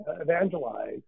evangelize